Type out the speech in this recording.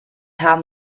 haben